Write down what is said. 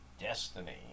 Destiny